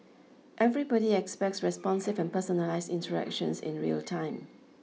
everybody expects responsive and personalised interactions in real time